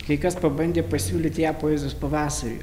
kai kas pabandė pasiūlyti ją poezijos pavasariui